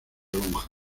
lonja